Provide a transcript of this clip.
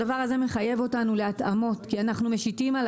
הדבר הזה מחייב אותנו להתאמות כי אנחנו משיתים על